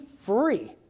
free